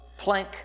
Planck